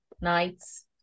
nights